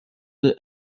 the